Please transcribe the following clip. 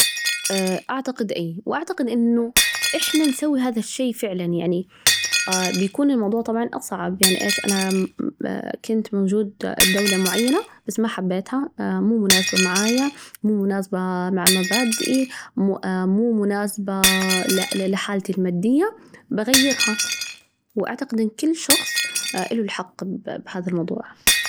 أعتقد إيه، وأعتقد إنه إحنا نسوي هذا الشي فعلاً، يعني بيكون الموضوع طبعاً أصعب يعني إيش؟ أنا كنت موجود بدولة معينة بس ما حبيتها، مو مناسبة معايا، مو مناسبة مع مبادئي، مو مناسبة لحالتي المادية، بغيرها، وأعتقد إن كل شخص له الحق بهذا الموضوع.